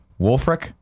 Wolfric